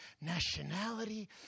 nationality